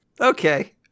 Okay